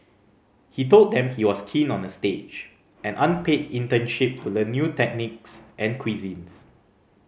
he told them he was keen on a stage an unpaid internship to learn new techniques and cuisines